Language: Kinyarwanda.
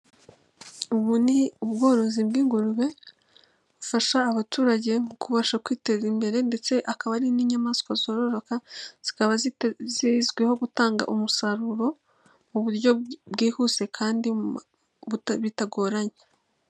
Ubu ni ubworozi bw'ingurube, bufasha abaturage mu kubasha kwiteza imbere ndetse akaba ari n'inyamaswa zororoka, zikaba zita zizwiho gutanga umusaruro mu buryo bwihuse kandi buta bitagoranye.